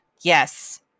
yes